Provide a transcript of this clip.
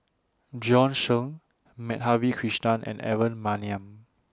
Bjorn Shen Madhavi Krishnan and Aaron Maniam